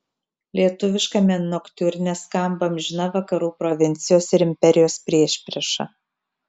lietuviškame noktiurne skamba amžina vakarų provincijos ir imperijos priešprieša